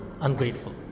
ungrateful